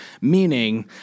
meaning